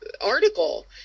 article